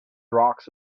rocks